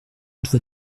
autre